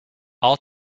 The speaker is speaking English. all